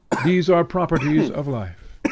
these are properties of life,